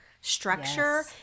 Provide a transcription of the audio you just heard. structure